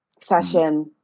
session